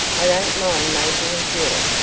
i don't mind making a hill,